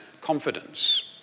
confidence